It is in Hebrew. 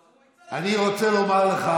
אני רוצה להגיד לך,